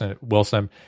Wilson